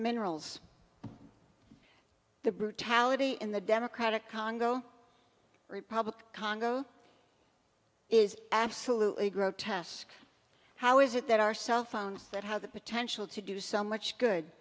minerals the brutality in the democratic congo republic congo is absolutely grotesque how is it that our cell phones that have the potential to do so much good